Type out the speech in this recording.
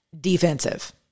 defensive